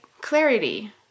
clarity